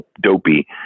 dopey